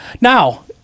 now